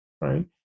right